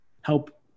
help